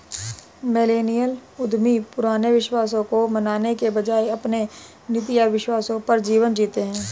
millennial उद्यमी पुराने विश्वासों को मानने के बजाय अपने नीति एंव विश्वासों पर जीवन जीते हैं